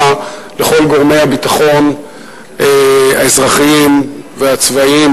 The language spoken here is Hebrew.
לכל גורמי הביטחון האזרחיים והצבאיים,